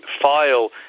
file